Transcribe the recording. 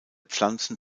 pflanzen